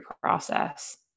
process